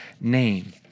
name